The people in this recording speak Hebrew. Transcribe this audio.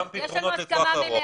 גם פתרונות לטווח ארוך,